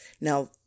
Now